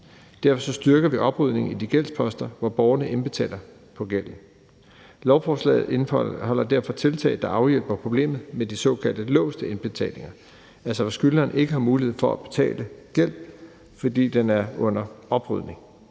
Derfor styrker vi oprydningen i de gældsposter, hvor borgerne indbetaler på gælden. Lovforslaget indeholder derfor tiltag, der afhjælper problemet med de såkaldte låste indbetalinger, altså hvor skyldneren ikke har mulighed for at betale på gælden, fordi den er under oprydning.